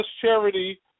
charity